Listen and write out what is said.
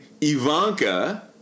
Ivanka